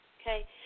okay